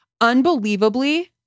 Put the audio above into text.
unbelievably